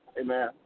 Amen